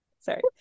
sorry